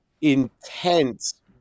intense